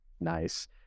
nice